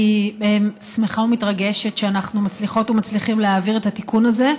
אני שמחה ומתרגשת שאנחנו מצליחות ומצליחים להעביר את התיקון הזה.